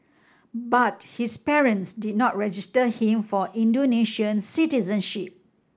but his parents did not register him for Indonesian citizenship